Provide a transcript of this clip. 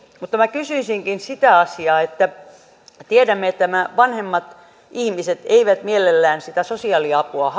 mutta minä kysyisinkin sitä asiaa tiedämme että nämä vanhemmat ihmiset eivät mielellään sitä sosiaaliapua